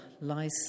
lies